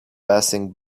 passing